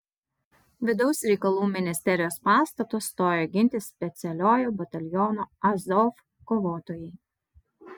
vrm pastato stojo ginti specialiojo bataliono azov kovotojai